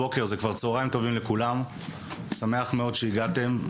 צהריים טובים לכולם, שמח מאוד שהגעתם.